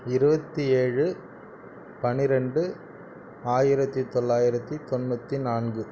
இருபத்தி ஏழு பனிரெண்டு ஆயிரத்து தொள்ளாயிரத்தி தொண்ணூற்றி நான்கு